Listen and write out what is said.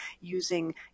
using